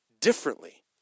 differently